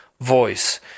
voice